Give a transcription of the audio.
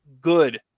good